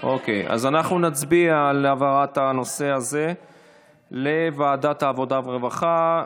אז אנחנו נצביע על העברת הנושא הזה לוועדת העבודה והרווחה.